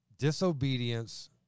disobedience